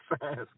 fast